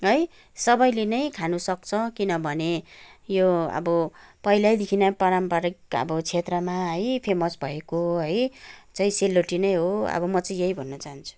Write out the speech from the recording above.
है सबैले नै खानुसक्छ किनभने यो अब पहिल्यैदेखि नै पारम्परिक अब क्षेत्रमा है फेमस भएको हो है चाहिँ सेल रोटी नै हो अब म चाहिँ यही भन्न चाहन्छु